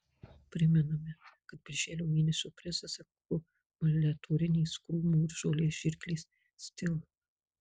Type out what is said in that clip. primename kad birželio mėnesio prizas akumuliatorinės krūmų ir žolės žirklės stihl